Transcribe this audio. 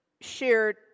shared